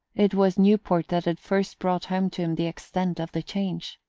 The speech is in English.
it was newport that had first brought home to him the extent of the change.